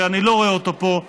שאני לא רואה אותו פה,